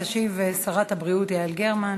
תשיב שרת הבריאות יעל גרמן.